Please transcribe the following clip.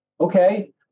Okay